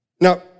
Now